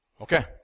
Okay